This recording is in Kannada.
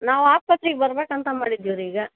ನಾವು ಆಸ್ಪತ್ರಿಗೆ ಬರಬೇಕಂತ ಮಾಡಿದೀವಿ ರಿ ಈಗ